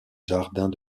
jardins